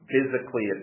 Physically